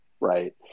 right